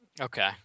Okay